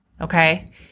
okay